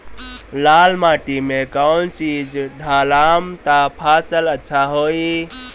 लाल माटी मे कौन चिज ढालाम त फासल अच्छा होई?